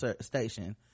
Station